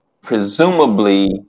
presumably